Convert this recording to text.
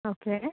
okay